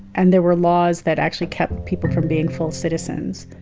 and there were laws that actually kept people from being full citizens,